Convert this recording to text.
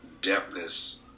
depthness